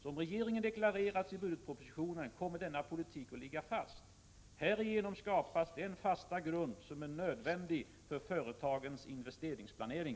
Som regeringen deklarerat i budgetpropositionen kommer denna politik att ligga fast. Härigenom skapas den fasta grund som är nödvändig för företagens investeringsplanering.